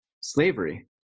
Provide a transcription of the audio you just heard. slavery